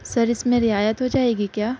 سر اس میں رعایت ہو جائے گی کیا